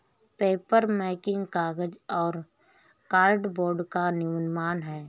papermaking कागज और cardboard का निर्माण है